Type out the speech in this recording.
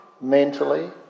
mentally